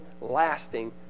lasting